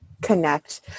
connect